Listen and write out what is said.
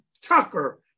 Tucker